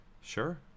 Sure